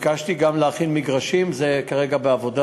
ביקשתי גם להכין מגרשים, זה כרגע בעבודה.